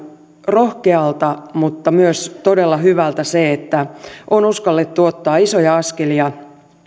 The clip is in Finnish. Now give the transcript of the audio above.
rohkealta mutta myös todella hyvältä se että on uskallettu ottaa isoja askelia ja